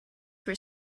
were